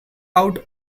out